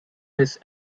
his